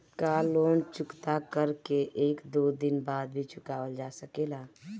का लोन चुकता कर के एक दो दिन बाद भी चुकावल जा सकेला?